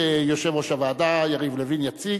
יושב-ראש הוועדה יריב לוין יציג.